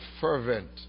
fervent